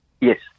Yes